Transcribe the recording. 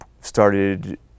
started